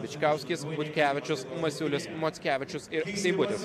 bičkauskis butkevičius masiulis mockevičius ir seibutis